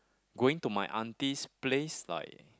going to my auntie's place like